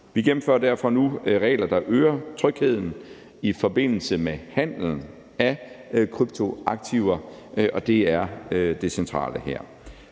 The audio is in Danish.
Vi gennemfører derfor nu regler, der øger trygheden i forbindelse med handel af kryptoaktiver, og det er det centrale her.